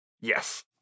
Yes